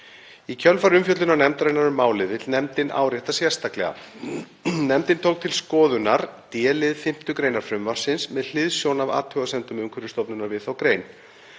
Í kjölfar umfjöllunar nefndarinnar um málið vill nefndin árétta sérstaklega að hún tók til skoðunar d-lið 5. gr. frumvarpsins með hliðsjón af athugasemdum Umhverfisstofnunar við þá grein.